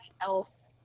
else